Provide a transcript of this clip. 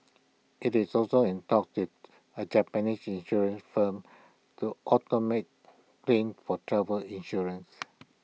IT is also in talks with A Japanese insurance firm to automate claims for travel insurance